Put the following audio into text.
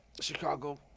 Chicago